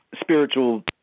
spiritual